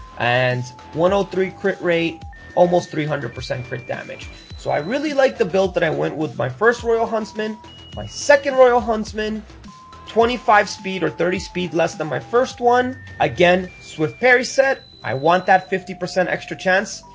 and ah three crit rate almost three hundred percent crit damage so i really like the build that i went with with my first royal huntsman my second royal huntsman twenty five speed or thirty speed less than my first one again swift perry set i want that fifty percent extra chance.